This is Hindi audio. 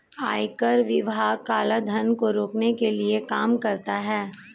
आयकर विभाग काला धन को रोकने के लिए काम करता है